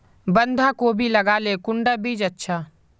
बंधाकोबी लगाले कुंडा बीज अच्छा?